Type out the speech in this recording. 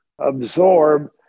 absorb